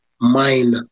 mind